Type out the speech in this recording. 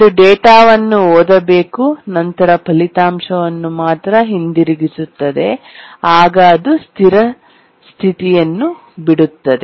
ಅದು ಡೇಟಾವನ್ನು ಓದಬೇಕು ನಂತರ ಫಲಿತಾಂಶವನ್ನು ಮಾತ್ರ ಹಿಂದಿರುಗಿಸುತ್ತದೆ ಆಗ ಅದು ಸ್ಥಿರ ಸ್ಥಿತಿಯನ್ನು ಬಿಡುತ್ತದೆ